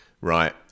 right